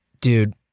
Dude